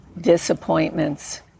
disappointments